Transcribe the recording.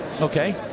Okay